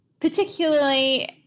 Particularly